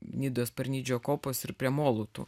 nidos parnidžio kopos ir prie molų tų